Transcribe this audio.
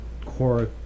core